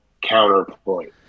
counterpoint